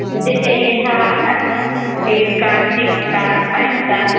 मुझे चाहिए था ऐट का सिक्स का फ़ाइव का